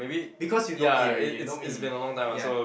because you know me already you know me ya